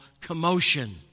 commotion